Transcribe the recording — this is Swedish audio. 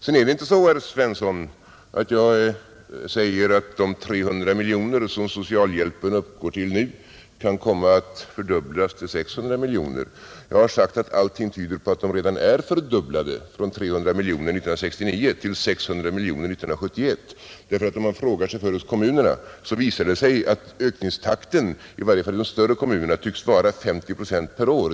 Jag har, herr Svensson, inte sagt att de 300 miljoner som socialhjälpen uppgår till nu kan komma att fördubblas till 600 miljoner, utan jag har sagt att allting tyder på att beloppet redan är fördubblat från 300 miljoner 1969 till 600 miljoner 1971. Om man frågar sig för hos kommunerna, visar det sig nämligen att ökningstakten — i varje fall hos de större kommunerna — tycks vara 50 procent per år.